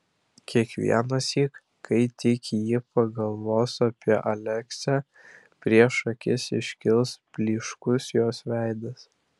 kiekvienąsyk kai tik ji pagalvos apie aleksę prieš akis iškils blyškus jos veidas